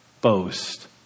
boast